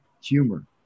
humor